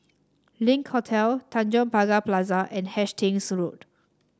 Link Hotel Tanjong Pagar Plaza and Hastings Road